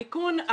המיכון,